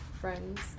friends